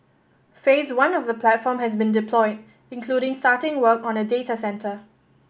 Phase One of the platform has been deployed including starting work on a data centre